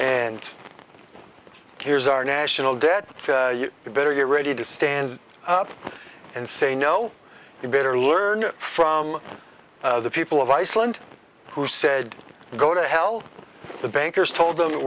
and here's our national debt you better get ready to stand up and say no you better learn it from the people of iceland who said go to hell the bankers told them